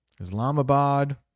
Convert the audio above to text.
islamabad